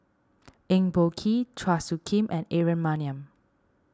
Eng Boh Kee Chua Soo Khim and Aaron Maniam